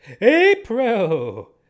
April